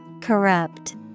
Corrupt